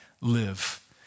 live